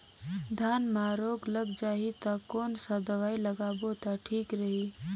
धान म रोग लग जाही ता कोन सा दवाई लगाबो ता ठीक रही?